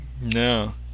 No